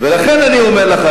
ולכן אני אומר לך,